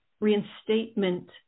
reinstatement